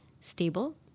stable